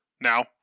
now